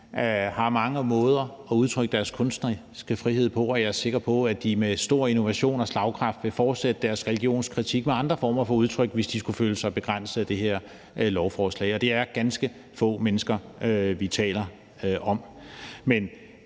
har mange måder at udtrykke deres kunstneriske frihed på, og jeg er sikker på, at de med stor innovation og slagkraft vil fortsætte deres religionskritik med andre former for udtryk, hvis de skulle føle sig begrænset af det her lovforslag. Og det er ganske få mennesker, vi taler om.